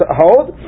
hold